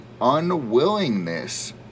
unwillingness